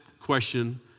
question